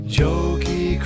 jokey